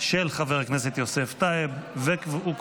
2024 אושרה בקריאה הטרומית ותעבור לדיון